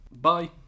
bye